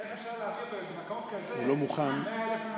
איך אפשר להעביר במקום כזה 100,000 אנשים,